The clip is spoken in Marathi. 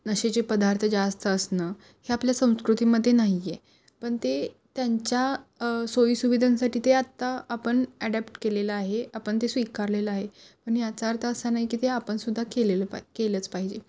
नशेचे पदार्थ जास्त असणं हे आपल्या संस्कृतीमध्ये नाही आहे पण ते त्यांच्या सोयी सुविधांसाठी ते आता आपण ॲडॅप्ट केलेलं आहे आपण ते स्वीकारलेलं आहे पण याचा अर्थ असा नाही की ते आपणसुद्धा केलेलं पा केलंच पाहिजे